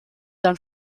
dann